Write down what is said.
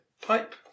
Pipe